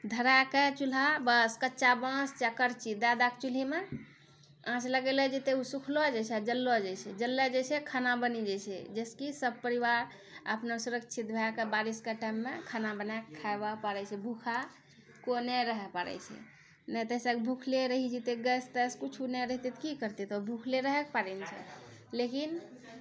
धराके चुल्हा बस कच्चा बाँस या कर्ची दए दएके चूल्हिमे आँच लगेलो जेतै ओ सुखलो जाइ छै आ जड़लो जाइ छै जड़लो जाइ छै खाना बनि जाइ छै जाहिसँ कि सभ परिवार अपनो सुरक्षित भएके बारिशके टाइममे खाना बना कऽ खाइबा पड़ै छै भूखा कोइ नहि रहि पड़ै छै नहि तऽ सभ भुखले रहि जेतै गैस तैस कुछौ नहि रहतै तऽ की करतै भुखले रहै नहि पड़ै छै लेकिन